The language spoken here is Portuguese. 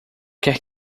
quer